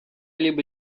либо